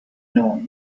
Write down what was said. known